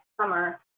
summer